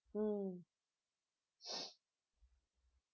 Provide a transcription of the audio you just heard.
mm